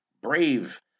brave